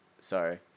sorry